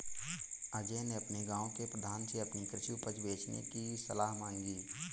अजय ने अपने गांव के प्रधान से अपनी कृषि उपज बेचने की सलाह मांगी